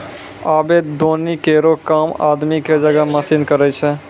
आबे दौनी केरो काम आदमी क जगह मसीन करै छै